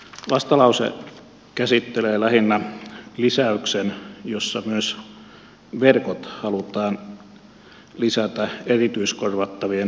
vastalause käsittää lähinnä lisäyksen jossa myös verkot halutaan lisätä erityiskorvattavien pyydysten joukkoon